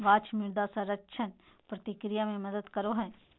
गाछ मृदा संरक्षण प्रक्रिया मे मदद करो हय